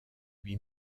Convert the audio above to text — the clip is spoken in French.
lui